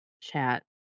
chat